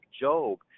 Job